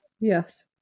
Yes